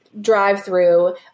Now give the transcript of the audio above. drive-through